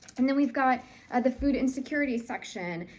and then we've got the food insecurity section.